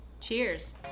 Cheers